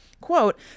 quote